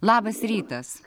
labas rytas